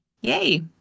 Yay